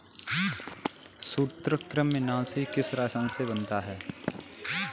सूत्रकृमिनाशी किस रसायन से बनता है?